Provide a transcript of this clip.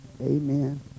Amen